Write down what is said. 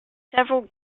several